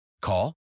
Call